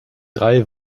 drei